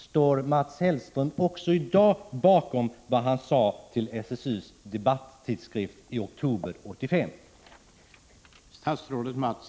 Står Mats Hellström också i dag bakom vad han sade till SSU:s debattidskrift Tvärdrag i oktober 1985?